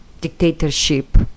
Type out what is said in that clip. dictatorship